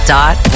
Dot